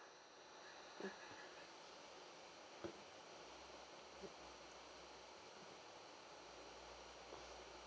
mm